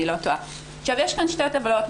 יש כאן שתי טבלאות.